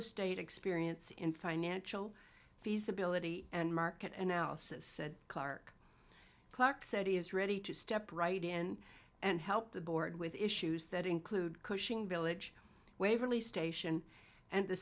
estate experience in financial feasibility and market analysis said clark clark said he is ready to step right in and help the board with issues that include cushing village waverley station and the